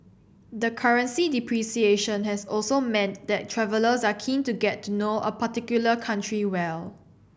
the currency depreciation has also meant that travellers are keen to get to know a particular country well